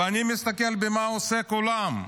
ואני מסתכל במה עוסק העולם,